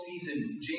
season